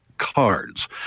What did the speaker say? cards